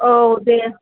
औ दे